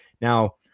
Now